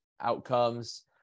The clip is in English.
outcomes